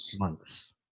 months